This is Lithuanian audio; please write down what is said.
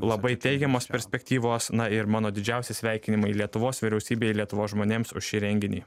labai teigiamos perspektyvos na ir mano didžiausi sveikinimai lietuvos vyriausybei lietuvos žmonėms už šį renginį